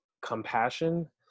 compassion